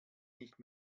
nicht